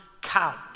count